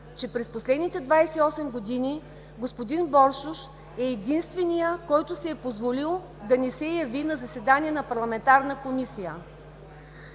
че през последните 28 години господин Боршош е единственият, който си е позволил да не се яви на заседание на парламентарна комисия.